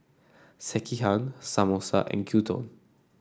Sekihan Samosa and Gyudon